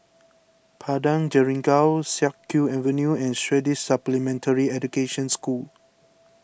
Padang Jeringau Siak Kew Avenue and Swedish Supplementary Education School